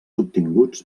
obtinguts